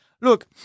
Look